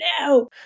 No